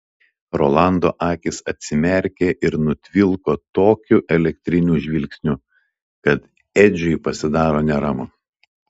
rolando akys atsimerkia ir nutvilko tokiu elektriniu žvilgsniu kad edžiui pasidaro neramu